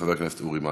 חבר הכנסת אורי מקלב.